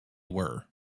were